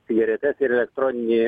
cigaretes ir elektroninį